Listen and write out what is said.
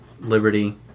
Liberty